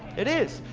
it is.